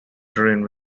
green